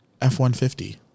F-150